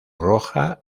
roja